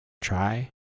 Try